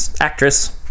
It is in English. Actress